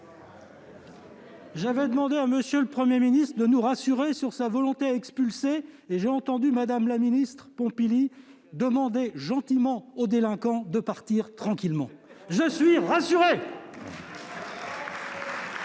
J'avais demandé à M. le Premier ministre de nous rassurer sur sa volonté d'expulser et j'ai entendu Mme la ministre Barbara Pompili demander gentiment aux délinquants de partir tranquillement. Je suis rassuré !